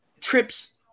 Trips